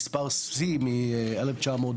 מספר שיא מ-1999.